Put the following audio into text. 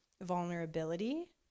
vulnerability